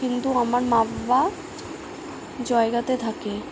কিন্তু আমার মা বাবা জয়গাতে থাকে